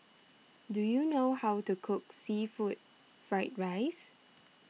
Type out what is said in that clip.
do you know how to cook Seafood Fried Rice